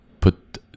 put